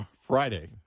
Friday